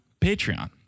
Patreon